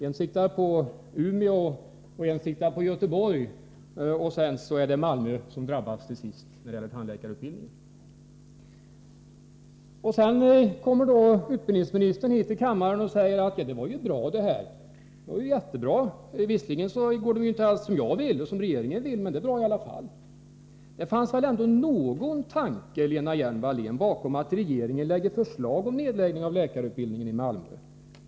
En siktar på Umeå och en på Göteborg, och så drabbas Malmö när det gäller tandläkarutbildningen. Sedan kommer utbildningsministern hit till kammaren och säger: ”Det var ju jättebra det här. Visserligen går det inte alls som jag och regeringen vill, men det är bra i alla fall.” Det fanns väl ändå någon tanke, Lena Hjelm-Wallén, bakom regeringens förslag till nedläggning av läkarutbildningen i Malmö?